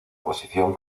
posición